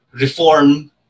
reform